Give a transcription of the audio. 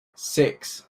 six